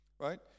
right